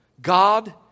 God